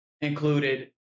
included